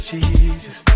Jesus